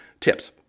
TIPS